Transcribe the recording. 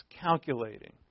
calculating